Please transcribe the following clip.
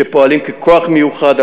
שפועלים ככוח מיוחד,